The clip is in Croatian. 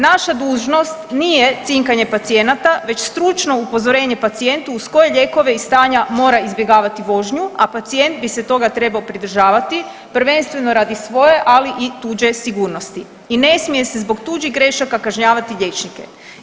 Naša dužnost nije cinkanje pacijenata već stručno upozorenje pacijentu uz koje lijekove i stanja mora izbjegavati vožnju, a pacijent bi se toga trebao pridržavati prvenstveno radi svoje, ali i tuđe sigurnosti i ne smije se zbog tuđih grešaka kažnjavati liječnike.